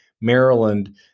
Maryland